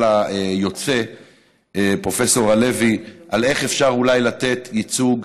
היוצא פרופ' הלוי על איך אפשר לתת ייצוג,